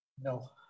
No